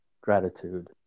gratitude